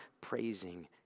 praising